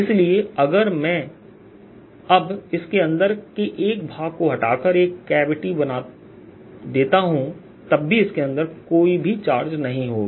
इसलिए अगर मैं अब इसके अंदर के एक भाग को हटाकर एक कैविटी बना देता हूं तब भी इसके अंदर कोई भी चार्ज नहीं होगा